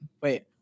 Wait